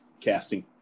casting